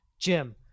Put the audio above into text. jim